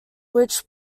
which